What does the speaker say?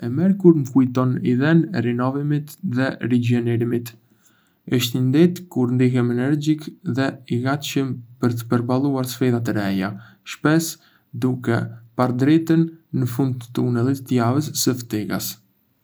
E mërkurë më kujton idenë e rinovimit dhe rigjenerimit. Është një ditë kur ndihem energjik dhe i gatshëm për të përballuar sfida të reja, shpesh duke parë dritën në fund të tunelit të javës së fëtigas.